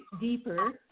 deeper